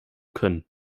können